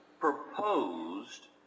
proposed